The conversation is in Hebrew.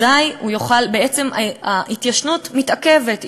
בעצם ההתיישנות מתעכבת,